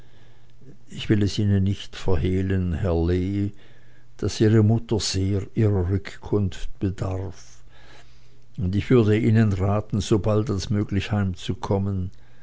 ich will es ihnen nicht verhehlen herr lee daß ihre mutter sehr ihrer rückkunft bedarf und ich würde ihnen raten so bald als möglich heimzukommen